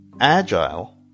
Agile